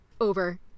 over